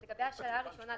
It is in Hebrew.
לגבי השאלה הראשונה,